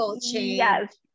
yes